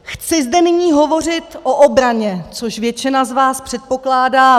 Chci zde nyní hovořit o obraně, což většina z vás předpokládá.